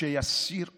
אז שיסיר אותו.